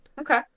Okay